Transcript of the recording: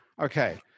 okay